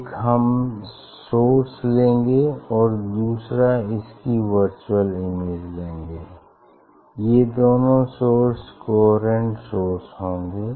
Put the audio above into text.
एक हम सोर्स लेंगे और दूसरा इसकी वर्चुअल इमेज लेंगे ये दोनों सोर्स कोहेरेंट सोर्स होंगे